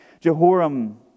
Jehoram